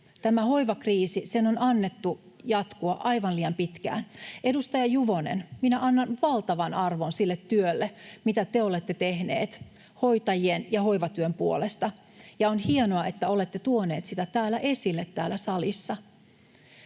Tämän hoivakriisin on annettu jatkua aivan liian pitkään. Edustaja Juvonen, minä annan valtavan arvon sille työlle, mitä te olette tehnyt hoitajien ja hoivatyön puolesta, ja on hienoa, että olette tuonut sitä esille täällä salissa.